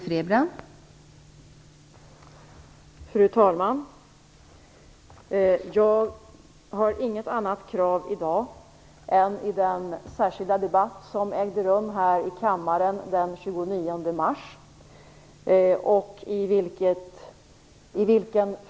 Fru talman! Jag har i dag inget annat krav än det som fördes fram i den särskilda debatt som ägde rum här i kammaren den 29 mars.